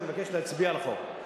אני מבקש להצביע על החוק.